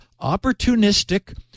opportunistic